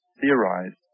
theorized